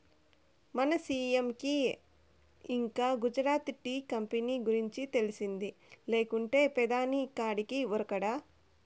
మన సీ.ఎం కి ఇంకా గుజరాత్ టీ కంపెనీ గురించి తెలిసింది లేకుంటే పెదాని కాడికి ఉరకడా